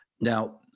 Now